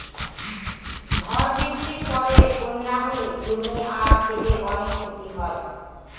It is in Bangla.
ঝড় বৃষ্টির পরে বন্যা হলে জমি আর ক্ষেতের অনেক ক্ষতি হয়